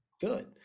good